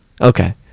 Okay